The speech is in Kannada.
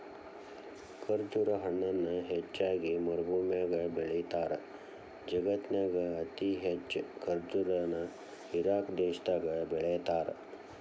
ಖರ್ಜುರ ಹಣ್ಣನ ಹೆಚ್ಚಾಗಿ ಮರಭೂಮ್ಯಾಗ ಬೆಳೇತಾರ, ಜಗತ್ತಿನ್ಯಾಗ ಅತಿ ಹೆಚ್ಚ್ ಖರ್ಜುರ ನ ಇರಾಕ್ ದೇಶದಾಗ ಬೆಳೇತಾರ